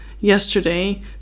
yesterday